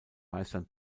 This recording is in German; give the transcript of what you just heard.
meistern